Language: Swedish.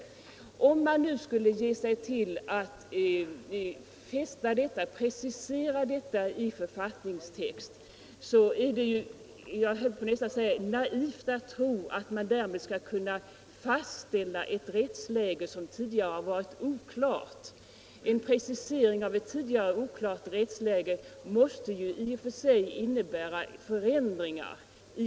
Om man nu skulle ge sig till att precisera sådan tystnadsplikt i författningstext, vore det — vill jag nästan säga — naivt att tro att man därmed skulle kunna fastställa ett rättsläge som tidigare har varit oklart. Precisering av ett tidigare oklart rättsläge måste ju i och för sig innebära förändringar.